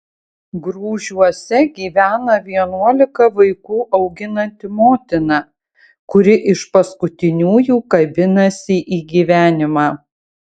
grūžiuose gyvena vienuolika vaikų auginanti motina kuri iš paskutiniųjų kabinasi į gyvenimą